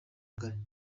ngali